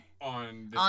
On